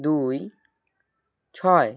দুই ছয়